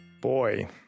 Boy